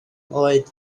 oed